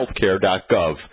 healthcare.gov